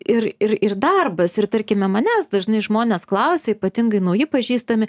ir ir ir darbas ir tarkime manęs dažnai žmonės klausia ypatingai nauji pažįstami